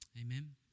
Amen